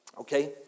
okay